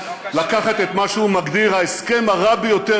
לקחת את מה שהוא מגדיר ההסכם הרע ביותר